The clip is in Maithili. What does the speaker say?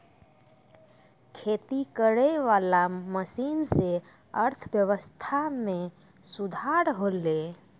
खेती करै वाला मशीन से अर्थव्यबस्था मे सुधार होलै